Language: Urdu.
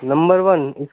number one اِک